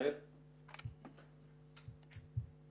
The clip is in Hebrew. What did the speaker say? או לאנשים